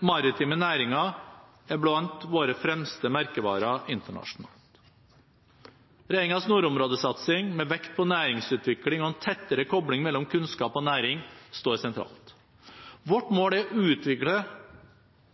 maritime næringer er blant våre fremste merkevarer internasjonalt. Regjeringens nordområdesatsing, med vekt på næringsutvikling og en tettere kobling mellom kunnskap og næring, står sentralt. Vårt mål er å utvikle